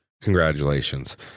congratulations